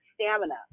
stamina